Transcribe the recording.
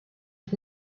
had